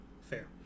Fair